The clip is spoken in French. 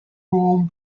pourront